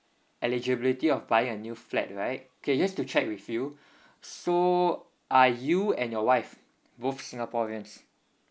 eligibility of buying a new flat right okay just to check with you so are you and your wife both singaporeans